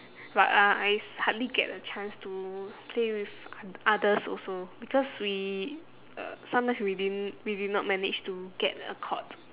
but uh I hardly get a chance to play with oth~ others also because we uh sometimes we didn't we did not manage to get a court